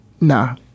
nah